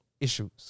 issues